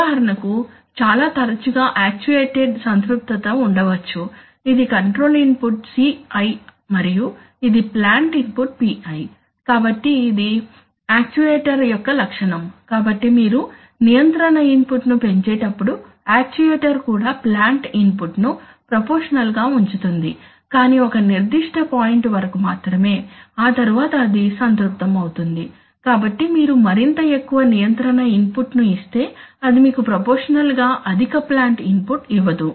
ఉదాహరణకు చాలా తరచుగా యాక్చువేటెడ్ సంతృప్తత ఉండవచ్చు ఇది కంట్రోల్ ఇన్పుట్ CI మరియు ఇది ప్లాంట్ ఇన్పుట్ PI కాబట్టి ఇది యాక్చుయేటర్ యొక్క లక్షణం కాబట్టి మీరు నియంత్రణ ఇన్పుట్ను పెంచేటప్పుడు యాక్యుయేటర్ కూడా ప్లాంట్ ఇన్పుట్ ను ప్రపోర్షషనల్ గా ఉంచుతుంది కానీ ఒక నిర్దిష్ట పాయింట్ వరకు మాత్రమే ఆతరువాత అది సంతృప్తమవుతుంది కాబట్టి మీరు మరింత ఎక్కువ నియంత్రణ ఇన్పుట్ ను ఇస్తే అది మీకు ప్రపోర్షషనల్ గా అధిక ప్లాంట్ ఇన్పుట్ ఇవ్వదు